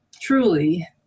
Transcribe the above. truly